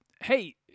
hey